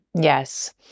Yes